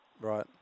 Right